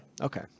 Okay